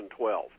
2012